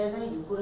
!huh!